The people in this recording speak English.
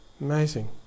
Amazing